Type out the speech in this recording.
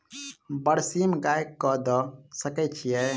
बरसीम गाय कऽ दऽ सकय छीयै?